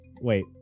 Wait